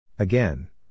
Again